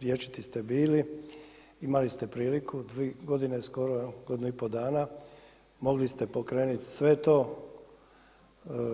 Rječiti ste bili, imali ste priliku dvije godine skoro, godinu i pol dana mogli ste pokrenuti sve to,